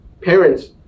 parents